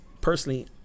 personally